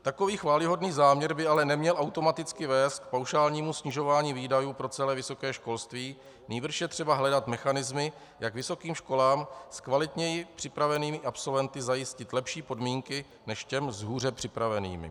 Takový chvályhodný záměr by ale neměl automaticky vést k paušálnímu snižování výdajů pro celé vysoké školství, nýbrž je třeba hledat mechanismy, jak vysokým školám s kvalitněji připravenými absolventy zajistit lepší podmínky než těm s hůře připravenými.